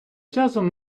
часом